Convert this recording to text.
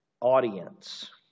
audience